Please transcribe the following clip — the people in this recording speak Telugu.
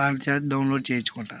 ఆళ్ళ చేత డౌన్లోడ్ చేయించుకుంటా అన్న